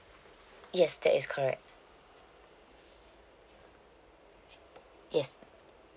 yes that is correct yes